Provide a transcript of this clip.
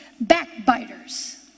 Backbiters